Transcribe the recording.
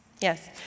Yes